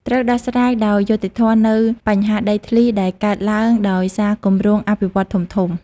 ត្រូវដោះស្រាយដោយយុត្តិធម៌នូវ បញ្ហាដីធ្លី ដែលកើតឡើងដោយសារគម្រោងអភិវឌ្ឍន៍ធំៗ។